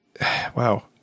wow